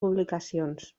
publicacions